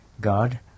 God